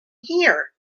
here